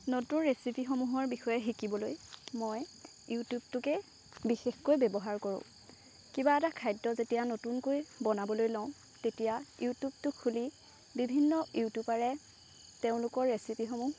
নতুন ৰেচিপিসমূহৰ বিষয়ে শিকিবলৈ মই ইউটিউবটোকে বিশেষকৈ ব্যৱহাৰ কৰোঁ কিবা এটা খাদ্য যেতিয়া নতুনকৈ বনাবলৈ লওঁ তেতিয়া ইউটিউবটো খুলি বিভিন্ন ইউটিউবাৰে তেওঁলোকৰ ৰেচিপিসমূহ